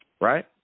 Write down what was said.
right